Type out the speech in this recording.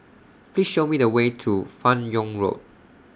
Please Show Me The Way to fan Yoong Road